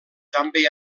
també